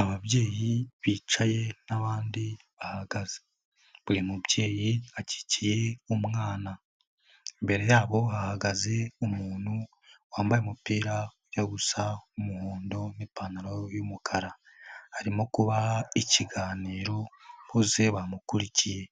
Ababyeyi bicaye n'abandi bahagaze buri mubyeyi akikiye umwana, imbere yabo ahagaze umuntu wambaye umupira ujya gusa umuhondo n'ipantaro y'umukara, arimo kubaha ikiganiro bose bamukurikiye,